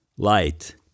Light